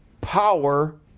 power